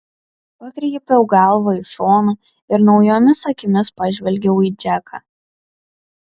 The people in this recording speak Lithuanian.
pakreipiau galvą į šoną ir naujomis akimis pažvelgiau į džeką